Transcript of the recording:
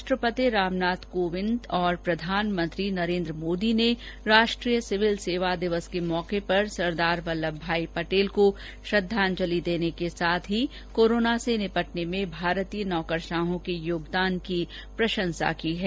राष्ट्रपति रामनाथ कोविंद और प्रधानमंत्री नरेन्द्र मोदी ने राष्ट्रीय सिविल सेवा दिवस के मौके पर सरदार वल्लभभाई पटेल को श्रद्धांजलि देने के साथ ही कोरोना संकट से निपटने में भारतीय नौकरशाहों के योगदान की प्रशांसा की है